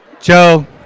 Joe